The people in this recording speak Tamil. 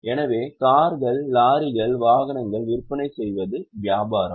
எனவே கார்கள் லாரிகள் வாகனங்கள் விற்பனை செய்வது வியாபாரம்